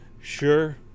Sure